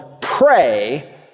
pray